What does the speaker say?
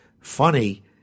funny